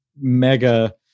mega